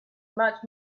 much